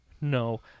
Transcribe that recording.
No